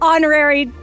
Honorary